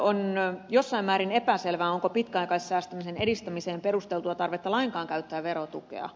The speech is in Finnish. on jossain määrin epäselvää onko pitkäaikaissäästämisen edistämiseen perusteltua tarvetta lainkaan käyttää verotukea